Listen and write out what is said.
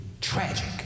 tragic